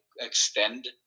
extend